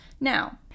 now